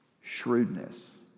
Shrewdness